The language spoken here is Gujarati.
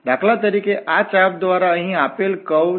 દાખલા તરીકે આ ચાપ દ્વારા અહીં આપેલ કર્વ વળાંક છે